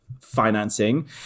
financing